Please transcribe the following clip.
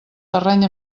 terreny